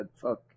fuck